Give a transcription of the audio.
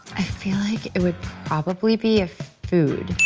i feel like it would probably be a food.